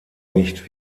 nicht